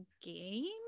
game